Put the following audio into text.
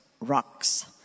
rocks